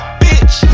bitch